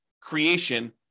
creation